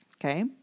Okay